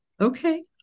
Okay